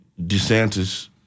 DeSantis